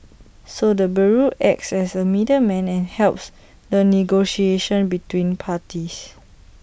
so the bureau acts as A middleman and helps the negotiation between parties